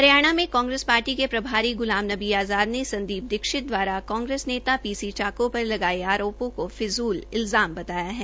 हरियाणा में कांग्रेस पार्टी के प्रभारी ग्रलाम नबी आज़ाद ने संदीप दीक्षित द्वारा कांग्रेस नेता पी सी चाको पर लगाये गये आरोपो को फिजूल इल्जाम बताया है